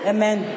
Amen